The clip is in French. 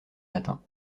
matins